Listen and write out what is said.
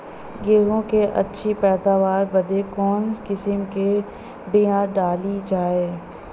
गेहूँ क अच्छी पैदावार बदे कवन किसीम क बिया डाली जाये?